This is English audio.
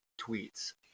tweets